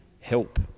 help